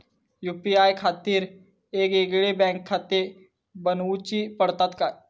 UPI खातीर येगयेगळे बँकखाते बनऊची पडतात काय?